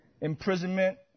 Imprisonment